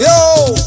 Yo